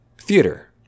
theater